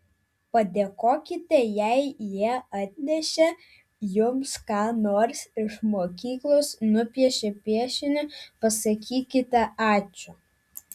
padėkokite jei jie atnešė jums ką nors iš mokyklos nupiešė piešinį pasakykite ačiū